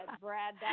Brad